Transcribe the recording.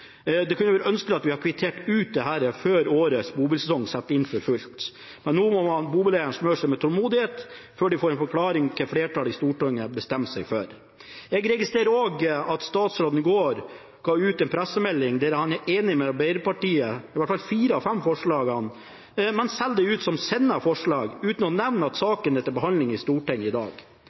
Det hadde vært ønskelig at vi kvitterte ut dette før årets bobilsesong setter inn for fullt, men nå må bobileierne smøre seg med tålmodighet før de får en avklaring, dvs. hva flertallet i Stortinget bestemmer seg for. Jeg registrerer også at statsråden i går sendte ut en pressemelding der han er enig med Arbeiderpartiet – i hvert fall i fire av de fem forslagene – men selger det ut som sine forslag uten å nevne at saken er til behandling i Stortinget i dag.